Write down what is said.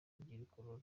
urubyiruko